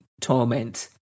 torment